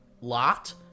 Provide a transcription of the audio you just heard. lot